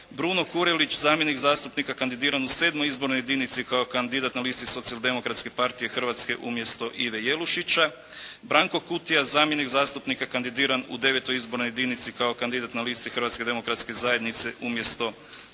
Šimo Đurđević zamjenik zastupnika kandidiran u V. izbornoj jedinici kao kandidat na listi Hrvatske demokratske zajednice umjesto Bože Galića, Milivoj Škvorc zamjenik zastupnika kandidiran u III. izbornoj jedinici kao kandidat na listi Hrvatske demokratske zajednice umjesto Sunčane